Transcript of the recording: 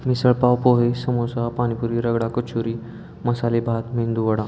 misal pav pohe samosa panipuri ragda kachori masale bhat medu vada